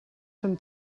són